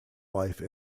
life